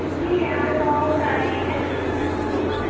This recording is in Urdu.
جی یہاں پہ بہت ساری ہیں آپ